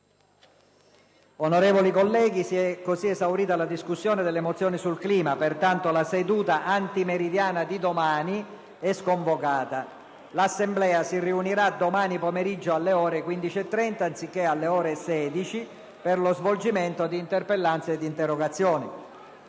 Onorevoli colleghi, si è così esaurita la discussione delle mozioni sul clima. Pertanto, la seduta antimeridiana di domani è sconvocata. L'Assemblea si riunirà domani pomeriggio alle ore 15,30, anziché alle ore 16, per lo svolgimento di interpellanze e di interrogazioni.